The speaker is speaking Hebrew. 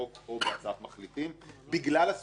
בהצעת מחליטים בגלל הסוגיות החוקתיות.